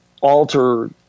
alter